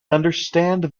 understand